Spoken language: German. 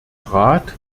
rat